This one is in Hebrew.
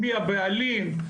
מי הבעלים,